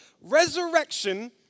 resurrection